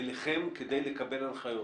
אליכם כדי לקבל הנחיות.